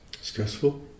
stressful